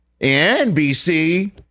NBC